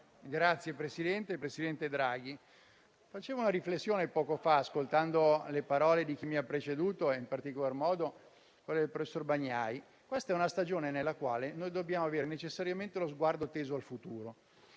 Signor Presidente, presidente Draghi, facevo una riflessione poco fa ascoltando le parole di chi mi ha preceduto e, in particolar modo, quelle del professor Bagnai. Questa è una stagione nella quale dobbiamo avere necessariamente lo sguardo teso al futuro